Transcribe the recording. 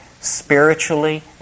spiritually